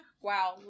Wow